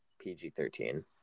PG-13